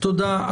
תודה.